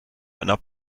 einer